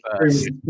first